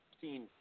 seen